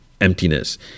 emptiness